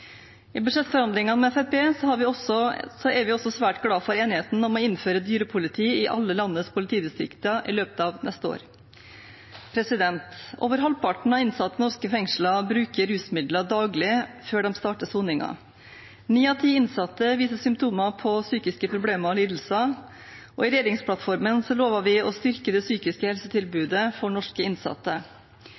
I budsjettforhandlingene med Fremskrittspartiet er vi også svært glade for enigheten om å innføre dyrepoliti i alle landets politidistrikter i løpet av neste år. Over halvparten av innsatte i norske fengsler bruker rusmidler daglig før de starter soningen. Ni av ti innsatte viser symptomer på psykiske problemer og lidelser, og i regjeringsplattformen lovet vi å styrke det psykiske helsetilbudet for norske innsatte.